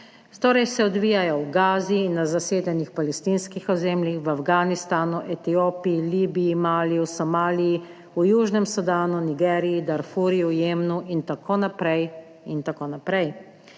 torej se odvijajo v Gazi, na zasedenih palestinskih ozemljih v Afganistanu, Etiopiji, Libiji, Maliju, Somaliji, v južnem Sudanu, Nigeriji, Darfurju, Jemnu, in tako naprej, da o nedavnega